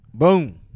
Boom